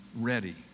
ready